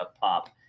pop